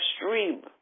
extreme